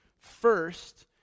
First